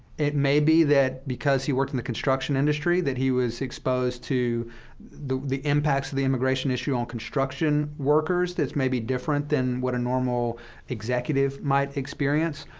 it may be that, because he worked in the construction industry, that he was exposed to the the impacts of the immigration issue on construction workers. that's maybe different than what a normal executive might experience.